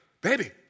baby